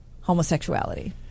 homosexuality